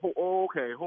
okay